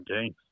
games